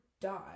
die